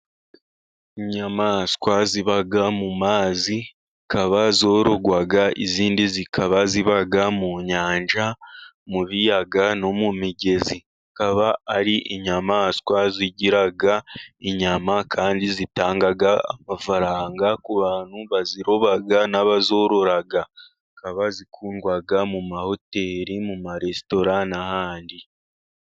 Inyamaswa ziba mu mazi zikaba zororwa, izindi zikaba ziba mu nyanja mu biyaga no mu migezi ,zikaba ari inyamaswa zigira inyama kandi zitanga amafaranga ku bantu baziroba n'abazorora ,zikaba zikundwa mu mahoteri mu maresitora n'ahandi.